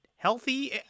Healthy –